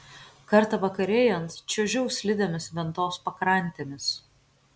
kartą vakarėjant čiuožiau slidėmis ventos pakrantėmis